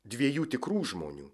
dviejų tikrų žmonių